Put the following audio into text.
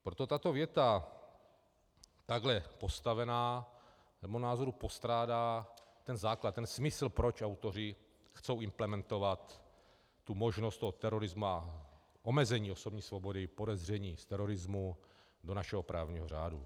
Proto tato věta takhle postavená dle mého názoru postrádá ten základ, ten smysl, proč autoři chtějí implementovat možnost terorismu a omezení osobní svobody, podezření z terorismu, do našeho právního řádu.